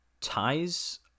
ties